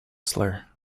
slur